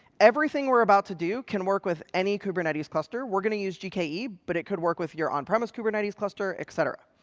everything we're about to do can work with any kubernetes cluster. we're going to use gke, but it could work with your on-premise kubernetes cluster, et cetera.